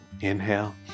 inhale